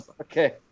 Okay